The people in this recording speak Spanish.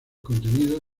contenido